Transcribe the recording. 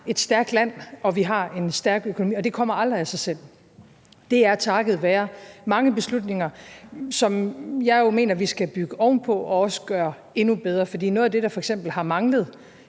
et stærkt land, og vi har en stærk økonomi, og det kommer aldrig af sig selv. Det er takket være mange beslutninger, som jeg mener vi skal bygge ovenpå og også gøre endnu bedre. For noget af det, der f.eks. har manglet